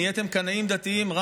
נהייתם קנאים דתיים,